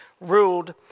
ruled